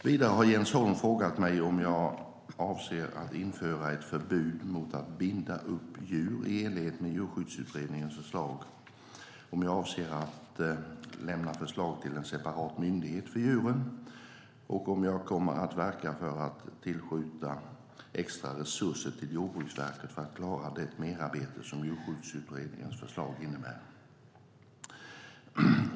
Vidare har Jens Holm frågat mig om jag avser att införa ett förbud mot att binda upp djur i enlighet med Djurskyddsutredningens förslag, om jag avser att lämna förslag till en separat myndighet för djuren och om jag kommer att verka för att tillskjuta extra resurser till Jordbruksverket för att klara det merarbete som Djurskyddsutredningens förslag innebär.